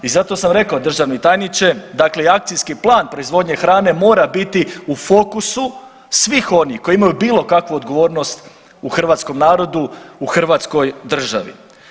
I zato sam rekao državni tajniče dakle i akcijski plan proizvodnje hrane mora biti u fokusu svih onih koji imaju bilo kakvu odgovornost u hrvatskom narodu u Hrvatskoj državi.